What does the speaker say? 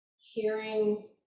hearing